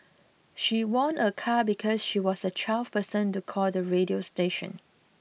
she won a car because she was the twelfth person to call the radio station